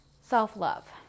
Self-love